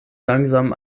langsam